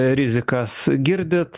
rizikas girdit